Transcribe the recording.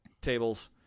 tables